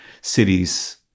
cities